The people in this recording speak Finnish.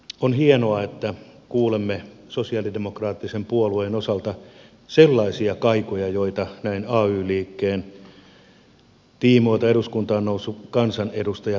on hienoa että kuulemme sosialidemokraattisen puolueen osalta sellaisia kaikuja joita näin ay liikkeen tiimoilta eduskuntaan noussut kansanedustaja tahtookin kuulla